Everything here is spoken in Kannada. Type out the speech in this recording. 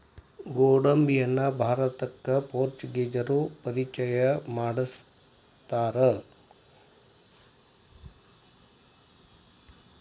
ಗೋಡಂಬಿಯನ್ನಾ ಭಾರತಕ್ಕ ಪೋರ್ಚುಗೇಸರು ಪರಿಚಯ ಮಾಡ್ಸತಾರ